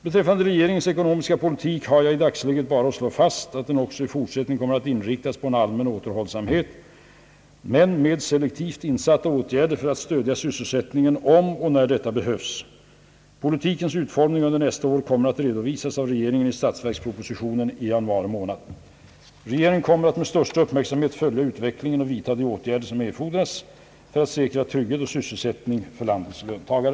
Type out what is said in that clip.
Beträffande regeringens ekonomiska politik har jag i dagsläget bara att slå fast att den också i fortsättningen kommer att inriktas på en allmän återhållsamhet men med selektivt insatta åtgärder för att stödja sysselsättningen om och när detta behövs. Politikens utformning under nästa år kommer att redovisas av regeringen i statsverkspropositionen i januari. Regeringen kommer att med största uppmärksamhet följa utvecklingen och vidta de åtgärder, som erfordras för att säkra trygghet och sysselsättning för landets löntagare.